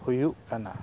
ᱦᱩᱭᱩᱜ ᱠᱟᱱᱟ